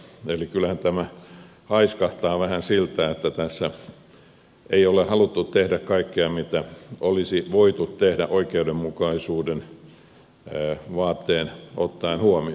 eli kyllähän tämä haiskahtaa vähän siltä että tässä ei ole haluttu tehdä kaikkea mitä olisi voitu tehdä oikeudenmukaisuuden vaateen ottaen huomioon